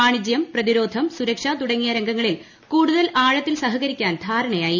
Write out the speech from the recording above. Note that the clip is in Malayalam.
വാണിജ്യം പ്രതിരോധം സുരക്ഷ തുടങ്ങിയ രംഗങ്ങളിൽ കൂടുതൽ ആഴത്തിൽ സഹകരിക്കാൻ ധാരണയായി